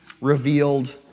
revealed